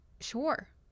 Sure